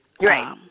Right